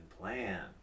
plan